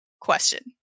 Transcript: question